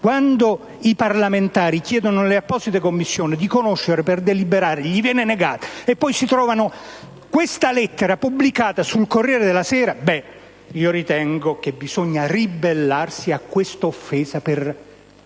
Quando i parlamentari chiedono nelle apposite Commissioni di conoscere per deliberare, ciò viene loro negato, e poi essi si ritrovano questa lettera pubblicata sul «Corriere della Sera». Ebbene, io ritengo che bisogna ribellarsi a quest'offesa: